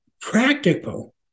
practical